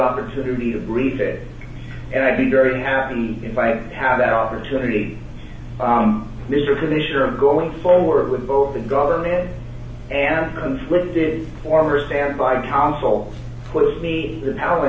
opportunity to read that and i'd be very happy if i have that opportunity mr commissioner i'm going forward with both the government and conflicted former standby counsel puts me the power